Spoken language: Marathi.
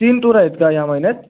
तीन टुर आहेत का या महिन्यात